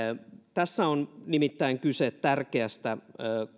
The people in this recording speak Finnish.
tässä on nimittäin kyse tärkeästä